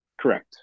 Correct